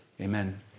Amen